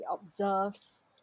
observes